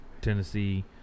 Tennessee